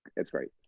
it's great.